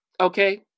Okay